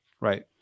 right